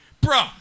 Bro